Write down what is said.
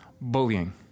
bullying